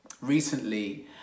Recently